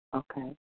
okay